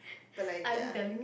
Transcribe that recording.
but like ya